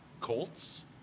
Colts